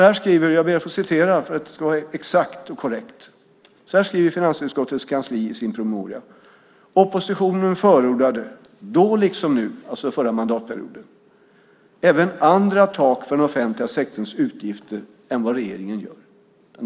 Jag ber att få citera, för att det ska vara exakt och korrekt: "Oppositionen förordade, då liksom nu, även andra tak för den offentliga sektorns utgifter än vad regeringen gör."